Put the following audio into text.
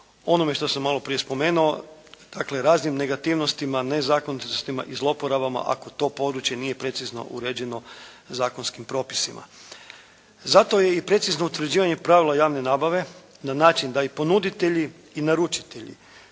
onome što sam maloprije spomenuo, dakle raznim negativnostima, nezakonitostima i zloporabama ako to područje nije precizno uređeno zakonskim propisima. Zato je i precizno utvrđivanje pravila javne nabave na način da i ponuditelji i naručitelji